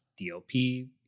DLP